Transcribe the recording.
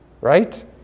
Right